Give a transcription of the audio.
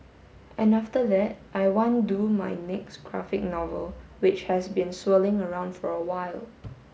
and after that I want do my next graphic novel which has been swirling around for a while